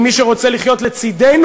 עם מי שרוצה לחיות לצדנו,